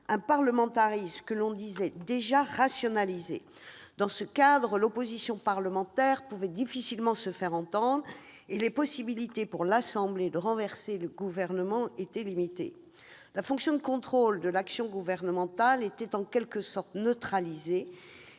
un parlementarisme que l'on disait déjà rationalisé. Dans ce cadre, l'opposition parlementaire pouvait difficilement se faire entendre, et les possibilités pour l'Assemblée nationale de renverser le Gouvernement étaient limitées. La fonction de contrôle de l'action gouvernementale était en quelque sorte neutralisée,